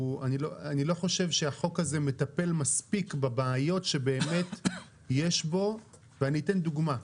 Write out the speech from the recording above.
אני לא חושב שהחוק הזה מטפל מספיק בבעיות שבאמת יש בו ואני אתן דוגמא.